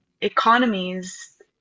economies